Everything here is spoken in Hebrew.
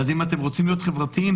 אם אתם רוצים להיות חברתיים,